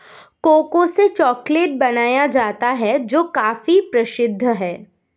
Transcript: cocoa से chocolate बनाया जाता है जो काफी प्रसिद्ध है